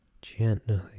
Gently